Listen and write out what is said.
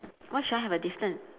why should I have a distance